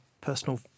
personal